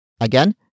Again